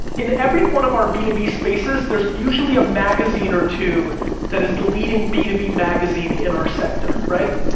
in every one of our b two b spaces, there's usually a magazine or two that is the leading b two b magazine in our sector, right?